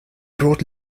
brought